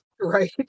Right